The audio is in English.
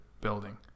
building